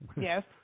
Yes